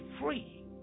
free